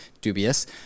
dubious